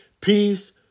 peace